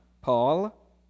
Paul